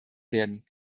werden